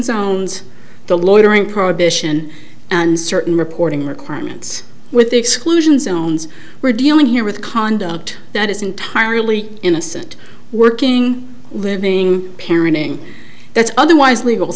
zones the loitering prohibition and certain reporting requirements with the exclusion zones we're dealing here with conduct that is entirely innocent working living parenting that's otherwise legal